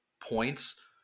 points